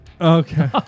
Okay